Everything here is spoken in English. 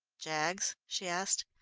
jaggs? she asked.